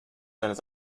seines